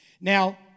Now